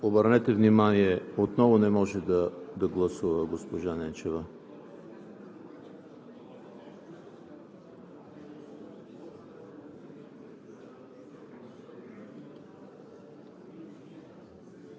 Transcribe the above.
Обърнете внимание – отново не може да гласува госпожа Ненчева.